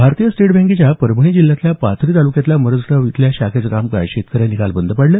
भारतीय स्टेट बँकेच्या परभणी जिल्ह्याच्या पाथरी तालुक्यातल्या मरडसगाव इथल्या शाखेचं कामकाज शेतकऱ्यांनी काल बंद पाडलं